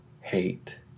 hate